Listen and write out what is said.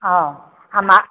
ହଁ